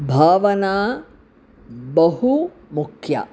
भावना बहु मुख्या